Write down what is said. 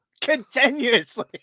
continuously